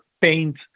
paint